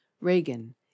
Reagan